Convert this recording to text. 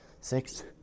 six